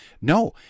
no